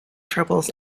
troubles